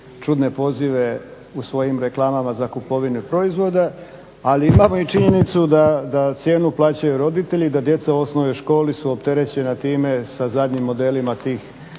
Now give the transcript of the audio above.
čudne pozive u svojim reklamama za kupovinu proizvoda, ali imamo i činjenicu da cijenu plaćaju roditelji, da djeca u osnovnoj školi su opterećena time, sa zadnjim modelima tih